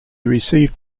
received